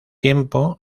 tiempo